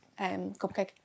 cupcake